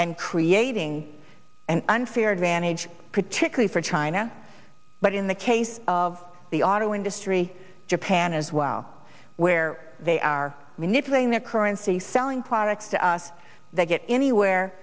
and creating an unfair advantage particularly for china but in the case of the auto industry japan as well where they are manipulating their currency selling products to us they get anywhere